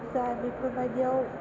जा बेफोरबायदियाव